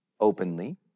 openly